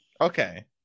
Okay